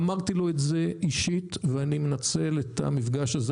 אמרתי לו את זה אישית ואני מנצל את המפגש הזה,